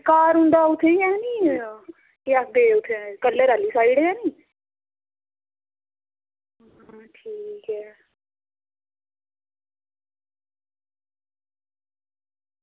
घर उंदा उत्थें गै नी केह् आक्खदे कलर आह्ली साईड गै नी